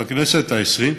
בכנסת העשרים,